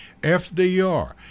fdr